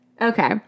Okay